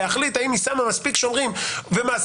להחליט האם היא שמה מספיק שומרים ומעסיקה